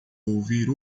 ouvir